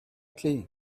clef